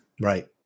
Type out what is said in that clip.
Right